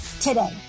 today